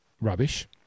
rubbish